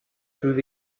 through